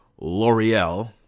L'Oreal